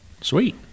Sweet